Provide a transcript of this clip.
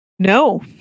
No